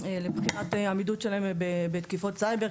לבחינת העמידות שלהם בתקיפות סייבר,